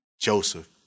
Joseph